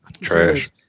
Trash